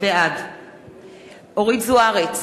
בעד אורית זוארץ,